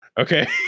Okay